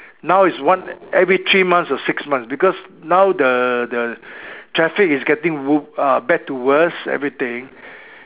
now is one every three months or six months because now the the traffic is getting wo~ uh bad to worse everything